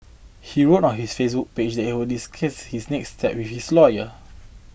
he wrote on his page that he will discuss his next steps with his lawyer